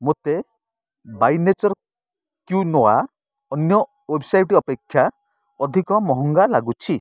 ମୋତେ By Nature quinoa ଅନ୍ୟ website ଅପେକ୍ଷା ଅଧିକ ମହଙ୍ଗା ଲାଗୁଛି